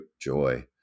joy